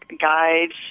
guides